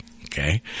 okay